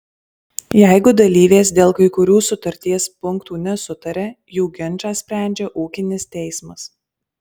jeigu dalyvės dėl kai kurių sutarties punktų nesutaria jų ginčą sprendžia ūkinis teismas